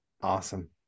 Awesome